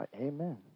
Amen